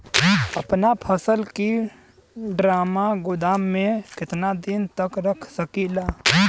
अपना फसल की ड्रामा गोदाम में कितना दिन तक रख सकीला?